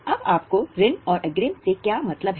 अब आपको ऋण और अग्रिम से क्या मतलब है